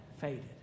faded